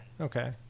okay